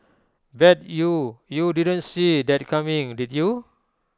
bet you you didn't see that coming did you